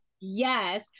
yes